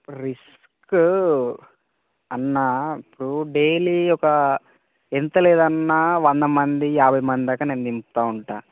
ఇప్పుడు రిస్క్ అన్న ఇప్పుడు డైలీ ఒక ఎంత లేదన్న వంద మంది యాభై మంది దాకా నేను దింపుతు ఉంటాను